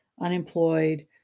unemployed